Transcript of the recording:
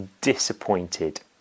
disappointed